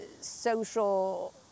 social